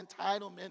entitlement